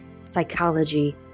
psychology